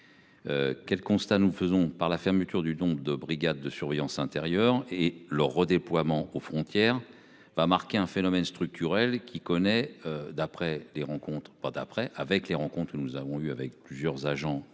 Quel constat nous faisons par la fermeture du don de brigade de surveillance intérieure et leur redéploiement aux frontières va marquer un phénomène structurel qui connaît d'après des rencontres pas d'après avec les rencontre